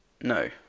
No